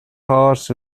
horse